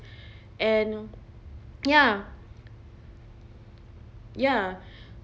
and ya ya